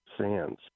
sands